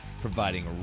providing